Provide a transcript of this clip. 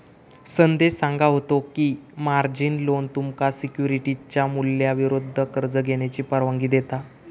संदेश सांगा होतो की, मार्जिन लोन तुमका सिक्युरिटीजच्या मूल्याविरुद्ध कर्ज घेण्याची परवानगी देता